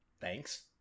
Thanks